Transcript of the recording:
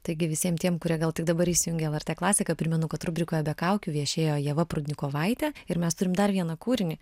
taigi visiem tiem kurie gal tik dabar įsijungė lrt klasiką primenu kad rubrikoje be kaukių viešėjo ieva prudnikovaitė ir mes turim dar vieną kūrinį